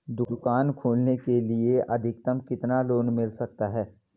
दुकान खोलने के लिए अधिकतम कितना लोन मिल सकता है?